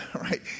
right